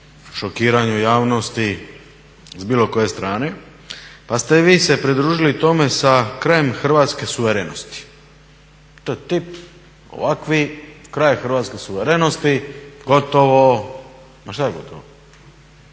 šokiranju javnosti s bilo koje strane. Pa ste vi se pridružili tome s krajem Hrvatske suverenosti. To je …/Govornik se ne razumije./… ovakvi kraj je Hrvatske suverenosti, gotovo. Ma šta je gotovo?